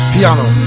Piano